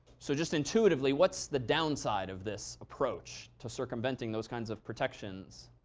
so just intuitively, what's the downside of this approach to circumventing those kinds of protections?